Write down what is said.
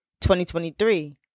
2023